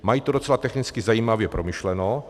Mají to docela technicky zajímavě promyšleno.